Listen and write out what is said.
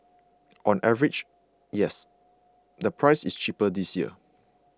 on average yes the price is cheaper this year